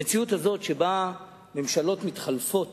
המציאות הזאת שבה ממשלות מתחלפות